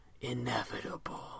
inevitable